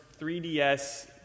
3DS